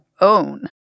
own